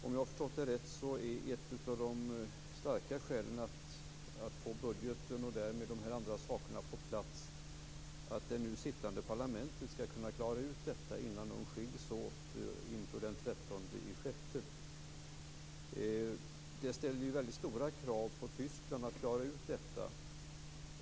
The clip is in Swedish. Om jag har förstått det rätt är ett starkt skäl för att få budgeten och därmed de andra sakerna på plats att det nu sittande parlamentet skall kunna klara ut detta innan man skiljs åt inför den 13 juni. Det ställer väldigt stora krav på Tyskland att klara ut detta.